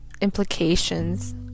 implications